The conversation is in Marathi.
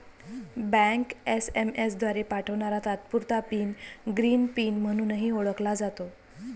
बँक एस.एम.एस द्वारे पाठवणारा तात्पुरता पिन ग्रीन पिन म्हणूनही ओळखला जातो